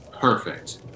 Perfect